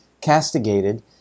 castigated